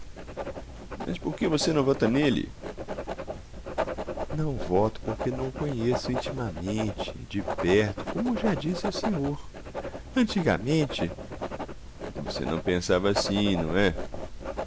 por que você não vota nele não voto porque não o conheço intimamente de perto como já disse ao senhor antigamente você não pensava assim não é